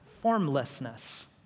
formlessness